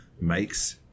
makes